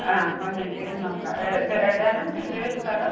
ആ വന്നിട്ട് നോക്കാം ഇത് എവിടെയാണ് ഇത് സ്ഥലം